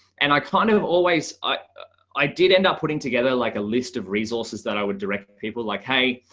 and i kind of always i i did end up putting together like a list of resources that i would direct people like, hey,